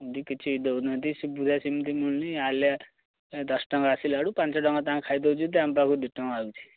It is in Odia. ଏମିତି କିଛି ଦେଉନାହାଁନ୍ତି ସୁବିଧା ସେମିତି ମିଳୁନି ଆଲିଆ ଦଶ ଟଙ୍କା ଆସିଲା ବେଳୁ ପାଞ୍ଚ ଟଙ୍କା ତାଙ୍କେ ଖାଇଦେଉଛନ୍ତି ଆମ ପାଖକୁ ଦିଇ ଟଙ୍କା ଆଉଛି